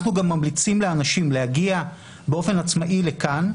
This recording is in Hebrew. אנחנו גם ממליצים לאנשים להגיע באופן עצמאי לכאן.